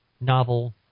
novel